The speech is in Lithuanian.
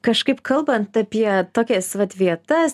kažkaip kalbant apie tokias vat vietas